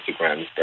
Instagram